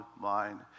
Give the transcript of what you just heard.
mind